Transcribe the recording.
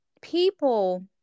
people